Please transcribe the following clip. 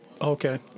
Okay